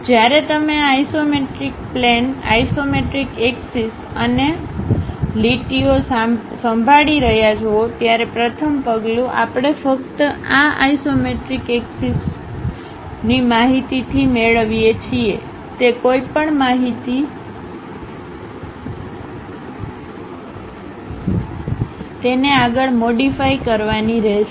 તેથી જ્યારે તમે આ આઇસોમેટ્રિક પ્લેન આઇસોમેટ્રિક એક્સિસ અને લીટીઓ સંભાળી રહ્યા હો ત્યારે પ્રથમ પગલું આપણે ફક્ત આ આઇસોમેટ્રિક એક્સિસ માહિતીથી મેળવીએ છીએ તે કોઈપણ માહિતી તેને આગળ મોડીફાઇ કરવાની રહેશે